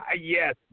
Yes